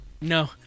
no